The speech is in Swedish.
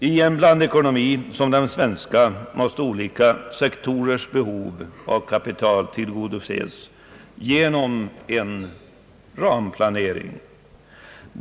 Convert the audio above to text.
I en blandekonomi som den svenska måste olika sektorers behov av kapital tillgodoses genom en ramplanering.